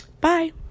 bye